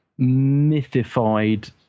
mythified